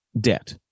debt